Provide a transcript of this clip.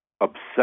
obsessed